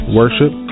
worship